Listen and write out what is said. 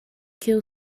kill